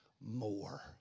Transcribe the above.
more